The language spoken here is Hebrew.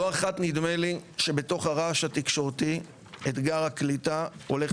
לא אחת נדמה לי שבתוך הרעש התקשורתי אתגר הקליטה הולך